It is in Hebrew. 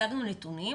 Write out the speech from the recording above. הצגנו נתונים,